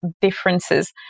differences